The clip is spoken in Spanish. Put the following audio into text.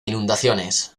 inundaciones